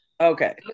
okay